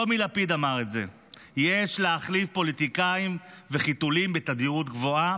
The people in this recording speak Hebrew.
טומי לפיד אמר את זה: "יש להחליף פוליטיקאים וחיתולים בתדירות גבוהה,